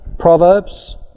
Proverbs